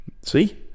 See